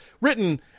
written